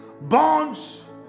bonds